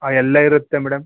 ಆಂ ಎಲ್ಲ ಇರುತ್ತೆ ಮೇಡಮ್